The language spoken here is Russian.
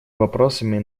вопросами